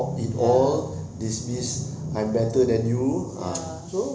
ya ya